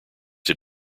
did